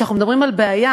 כשאנחנו מדברים על בעיה